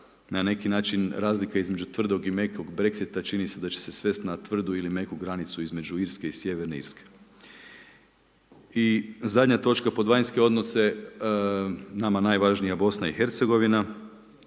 na neki način razlika između tvrdog i mekog Brexita čini se da će se svest na tvrdu ili meku granicu između Irske i Sjeverne Irske. I zadnja točka pod vanjske odnose nama najvažnija BiH, koja